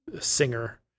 singer